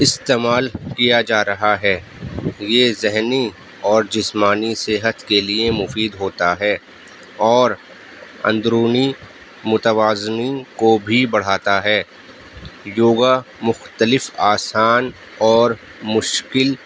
استعمال کیا جا رہا ہے یہ ذہنی اور جسمانی صحت کے لیے مفید ہوتا ہے اور اندرونی متوازنین کو بھی بڑھاتا ہے یوگا مختلف آسان اور مشکل